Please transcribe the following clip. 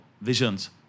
visions